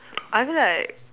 I feel like